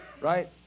right